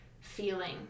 feeling